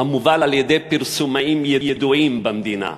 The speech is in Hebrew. המובל על-ידי פרסומאים ידועים במדינה,